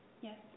Yes